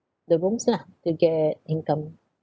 the rooms lah to get income